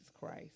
christ